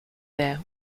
their